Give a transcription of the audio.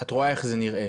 את רואה איך זה נראה.